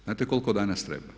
Znate koliko danas treba?